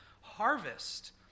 harvest